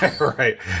Right